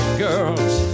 girls